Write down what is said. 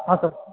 ಹಾಂ ಸರ್